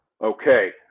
Okay